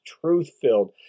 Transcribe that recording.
truth-filled